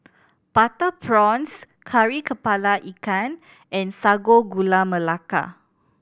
butter prawns Kari Kepala Ikan and Sago Gula Melaka